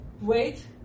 wait